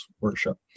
worship